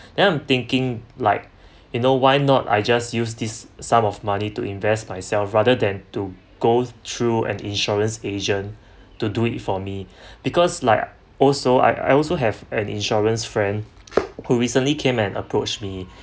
then I'm thinking like you know why not I just use this sum of money to invest myself rather than to go through an insurance agent to do it for me because like also I I also have an insurance friend who recently came and approached me